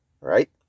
Right